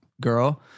girl